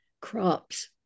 crops